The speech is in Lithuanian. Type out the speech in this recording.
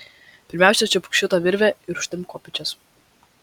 pirmiausia čiupk šitą virvę ir užtempk kopėčias